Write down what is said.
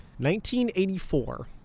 1984